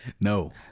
No